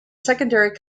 second